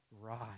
rise